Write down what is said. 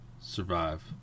Survive